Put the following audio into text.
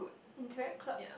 interact club